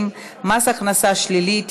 מתנגדים, אין נמנעים.